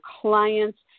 clients